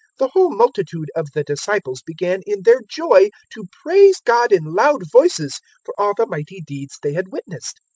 the whole multitude of the disciples began in their joy to praise god in loud voices for all the mighty deeds they had witnessed.